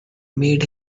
made